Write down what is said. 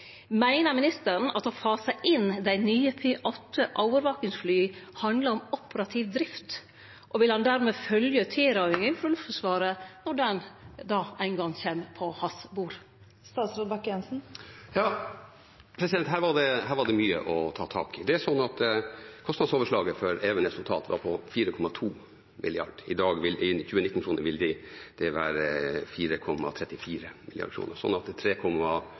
Meiner statsråden at å fase inn dei nye P8-overvakingsflya handlar om operativ drift? Og vil han dermed følgje tilrådinga frå Luftforsvaret når ho ein gong kjem på hans bord? Her var det mye å ta tak i. Kostnadsoverslaget for Evenes totalt var på 4,2 mrd. kr. I dag, i 2019-kroner, vil det være 4,34